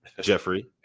Jeffrey